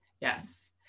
Yes